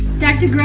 dr.